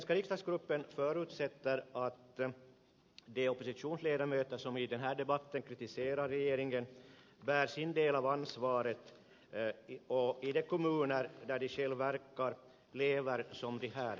svenska riksdagsgruppen förutsätter att de oppositionsledamöter som i den här debatten kritiserar regeringen bär sin del av ansvaret och i de kommuner där de själva verkar lever som de här lär